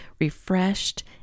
refreshed